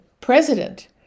president